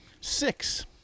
Six